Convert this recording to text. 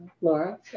Laura